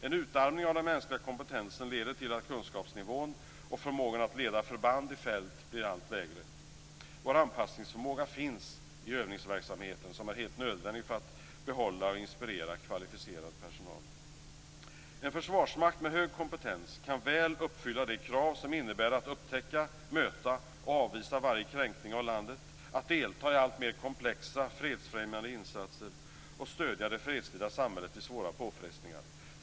En utarmning av den mänskliga kompetensen leder till att kunskapsnivån och förmågan att leda förband i fält blir allt lägre. Vår anpassningsförmåga finns i övningsverksamheten som är helt nödvändig för att behålla och inspirera kvalificerad personal. En försvarsmakt med hög kompetens kan väl uppfylla de krav som innebär att upptäcka, möta och avvisa varje kränkning av landet, att delta i alltmer komplexa fredsfrämjande insatser och stödja det fredstida samhället vid svåra påfrestningar.